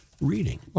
reading